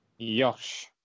Yosh